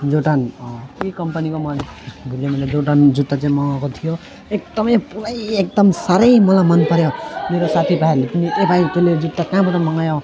Jordan के कम्पनीको पो मैले भुलिएँ मैले जर्डन जुत्ता चाहिँ मगाएको थियो एकदमै पुरै एकदम साह्रै मलाई मनपऱ्यो मेरो साथीभाइहरूले पनि ए भाइ तैँले जुत्ता कहाँबाट मगायौ